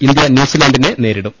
India ന്യൂസിലാന്റിനെ നേരിടും